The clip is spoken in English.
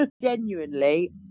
genuinely